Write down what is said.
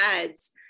ads